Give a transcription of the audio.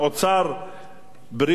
בריאות בלי שירותי בריאות?